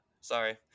Sorry